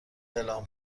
اعلام